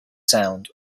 sound